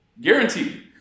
Guaranteed